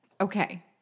okay